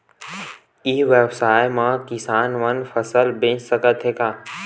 ई व्यवसाय म किसान मन फसल बेच सकथे का?